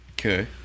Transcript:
Okay